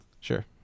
Sure